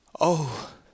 Oh—